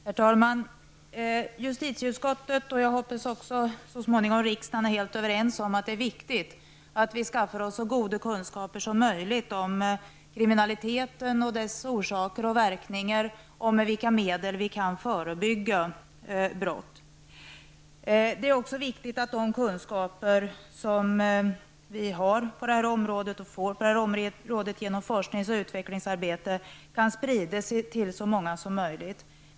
Herr talman! Justitieutskottet -- och jag hoppas också riksdagen så småningom -- är helt överens om att det är viktigt att vi skaffar oss så goda kunskaper som möjligt om kriminaliteten och dess orsaker och verkningar och med vilka medel vi kan förebygga brott. Det är också viktigt att de kunskaper som vi har på det här området och får genom forskningsoch utvecklingsarbete kan sprida sig till så många som möjligt.